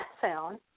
sound